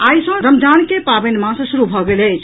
आइ सँ रमजान के पावनि मास शुरू भऽ गेल अछि